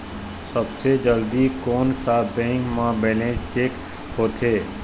सबसे जल्दी कोन सा बैंक म बैलेंस चेक होथे?